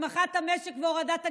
הצמחת המשק והורדת הגירעון.